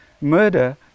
murder